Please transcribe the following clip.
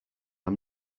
i’m